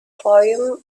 fayoum